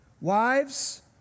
Wives